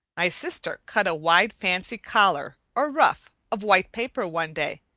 my sister cut a wide, fancy collar, or ruff, of white paper one day,